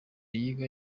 yiga